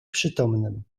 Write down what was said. przytomnym